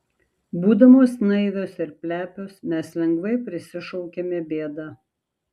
būdamos naivios ir plepios mes lengvai prisišaukiame bėdą